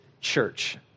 church